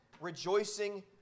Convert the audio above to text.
rejoicing